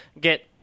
get